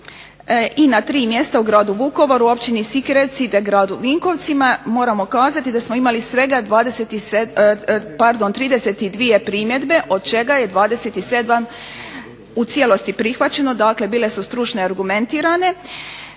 i na tri mjesta u gradu Vukovaru, Općini Sikirevci, te gradu Vinkovcima, moramo kazati da smo imali svega 32 primjedbe od čega je 27 u cijelosti prihvaćeno, dakle bile su stručno argumentirane,